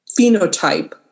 phenotype